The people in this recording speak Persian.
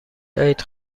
عید